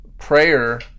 prayer